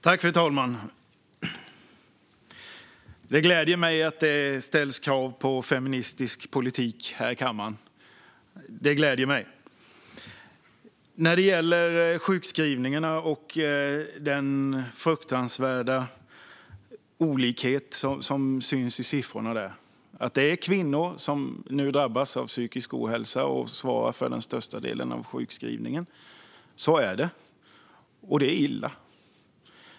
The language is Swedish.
Fru talman! Det gläder mig att det ställs krav på feministisk politik här i kammaren. När det gäller sjukskrivningarna syns den fruktansvärda olikheten i siffrorna. Det är kvinnor som till största delen drabbas av psykisk ohälsa och som svarar för den största delen av sjukskrivningarna. Det är illa.